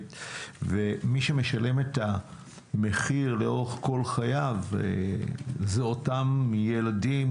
ומי שמשלם את המחיר לאורך כל חייו אלה אותם ילדים